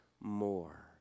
more